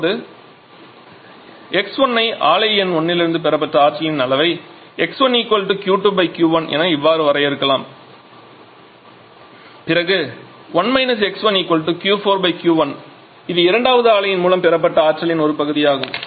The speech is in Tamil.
இப்போது x1 ஐ ஆலை எண் 1 லிருந்து பெறப்பட்ட ஆற்றலின் அளவை 𝑥1 𝑄2 𝑄1 என இவ்வாறு வரையறுக்கலாம் பிறகு 1 𝑥1 𝑄4 𝑄1 இது இரண்டாவது ஆலையின் மூலம் பெறப்பட்ட ஆற்றலின் ஒரு பகுதியாகும்